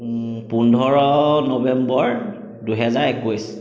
পোন্ধৰ নবেম্বৰ দুহেজাৰ একৈছ